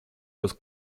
los